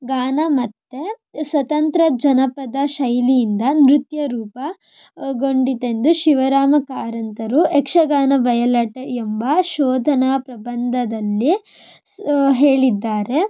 ಗಾನ ಮತ್ತೆ ಸ್ವತಂತ್ರ ಜನಪದ ಶೈಲಿಯಿಂದ ನೃತ್ಯರೂಪ ಗೊಂಡಿತೆಂದು ಶಿವರಾಮ ಕಾರಂತರು ಯಕ್ಷಗಾನ ಬಯಲಾಟ ಎಂಬ ಶೋಧನಾ ಪ್ರಬಂಧದಲ್ಲಿ ಹೇಳಿದ್ದಾರೆ